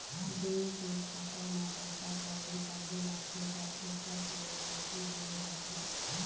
bank के खाता म पइसा कउड़ी तभे जाथे जब ओखर के.वाई.सी होए रहिथे